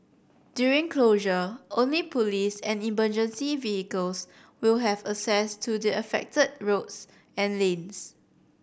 during closure only police and emergency vehicles will have access to the affected roads and lanes